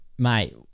mate